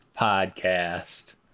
podcast